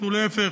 אנחנו להפך,